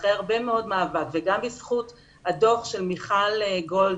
אחרי הרבה מאוד מאבק וגם בזכות הדוח של מיכל גולד